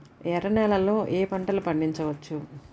ఎర్ర నేలలలో ఏయే పంటలు పండించవచ్చు?